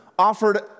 offered